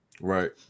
Right